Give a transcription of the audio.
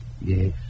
Yes